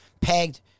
pegged